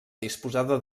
disposada